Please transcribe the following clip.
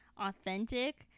authentic